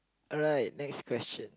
alright next question